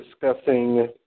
discussing